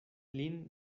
lin